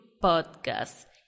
Podcast